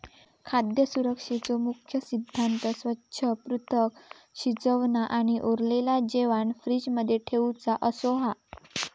खाद्य सुरक्षेचो मुख्य सिद्धांत स्वच्छ, पृथक, शिजवना आणि उरलेला जेवाण फ्रिज मध्ये ठेउचा असो हा